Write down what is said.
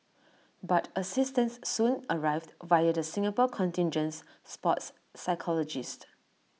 but assistance soon arrived via the Singapore contingent's sports psychologist